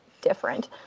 different